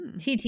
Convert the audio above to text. TT